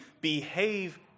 behave